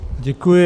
Děkuji.